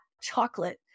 chocolate